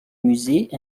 musée